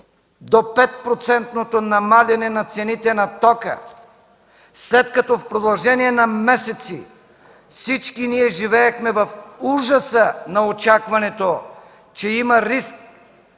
намаляване цените на тока, след като в продължение на месеци всички ние живеехме в ужаса на очакването, че има риск